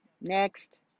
Next